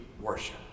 worship